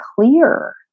clear